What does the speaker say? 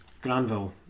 Granville